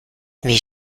wie